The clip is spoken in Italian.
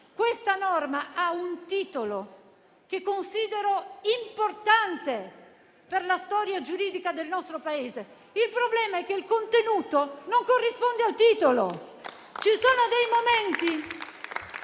Questa norma ha un titolo che chi vi parla considera importante per la storia giuridica del nostro Paese. Il problema è che il contenuto non corrisponde al titolo. Ci sono dei momenti